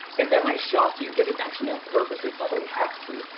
and that might shock you, but it's actually on purpose. it's not that we have to.